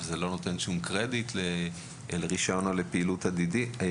שזה לא נותן שום קרדיט לרישיון או לפעילות עתידית.